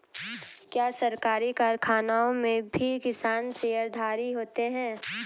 क्या सरकारी कारखानों में भी किसान शेयरधारी होते हैं?